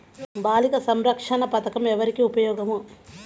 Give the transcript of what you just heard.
బాలిక సంరక్షణ పథకం ఎవరికి ఉపయోగము?